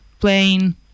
playing